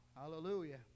Hallelujah